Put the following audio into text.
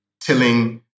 tilling